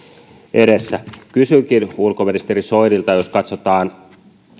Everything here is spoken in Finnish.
edessä kysynkin ulkoministeri soinilta jos katsotaan